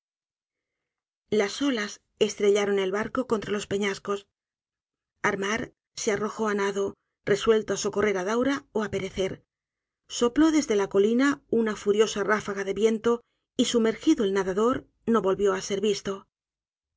las olas estrellaron el barco contra los peñascos armar se arrojó á nado resuelto á socorrer á daura ó á perecer sopló desde la colina una furiosa ráfaga de viento y sumergido el nadador no volvió á ser visto